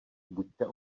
buďte